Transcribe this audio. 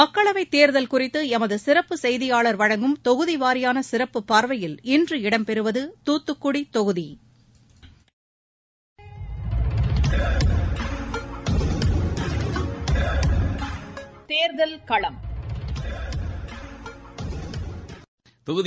மக்களவை தேர்தல் குறித்து எமது சிறப்பு செய்தியாளர் வழங்கும் தொகுதி வாரியான சிறப்பு பார்வையில் இன்று இடம்பெறுவது துத்துக்குடி தொகுதி